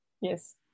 Yes